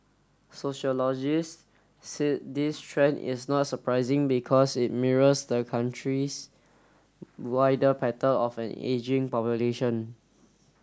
Sociologists said this trend is not surprising because it mirrors the country's wider pattern of an ageing population